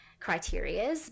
criteria